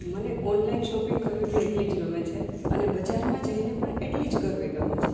મને online shopping કરવી બી એટલી જ ગમે છે અને બજારમાં જઈને પણ એટલી જ કરવી ગમે છે